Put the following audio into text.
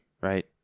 Right